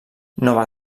nova